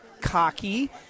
cocky